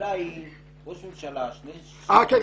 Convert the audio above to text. ראש ממשלה --- כן.